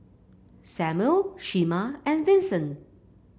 Samual Shemar and Vincent